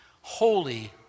holy